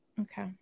Okay